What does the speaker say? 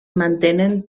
mantenen